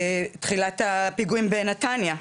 תחילת הפיגועים בנתניה,